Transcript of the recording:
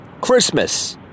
Christmas